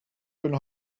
can